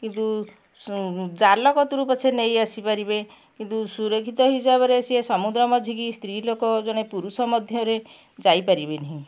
କିନ୍ତୁ ଜାଲ କତିରୁ ପଛେ ନେଇ ଆସିପାରିବେ କିନ୍ତୁ ସୁରକ୍ଷିତ ହିସାବରେ ସିଏ ସମୁଦ୍ର ମଝିକି ସ୍ତ୍ରୀ ଲୋକ ଜଣେ ପୁରୁଷ ମଧ୍ୟରେ ଯାଇପାରିବେନି